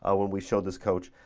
ah when we showed this coach,